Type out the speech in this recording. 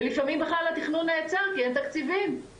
ולפעמים בכלל התכנון נעצר כי אין תקציבים,